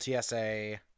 TSA